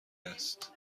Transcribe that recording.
است